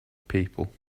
people